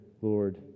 Lord